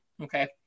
Okay